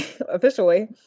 officially